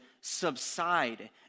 subside